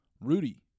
rudy